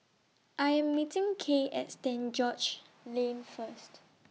I Am meeting Kay At Stand George's Lane First